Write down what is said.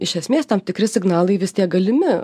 iš esmės tam tikri signalai vis tiek galimi